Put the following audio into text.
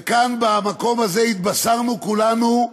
וכאן במקום הזה התבשרנו כולנו,